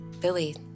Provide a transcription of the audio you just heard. Billy